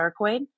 sarcoid